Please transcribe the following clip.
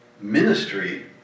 ministry